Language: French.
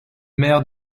maire